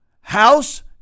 house